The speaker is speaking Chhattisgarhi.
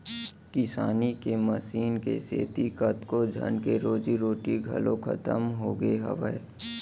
किसानी के मसीन के सेती कतको झन के रोजी रोटी घलौ खतम होगे हावय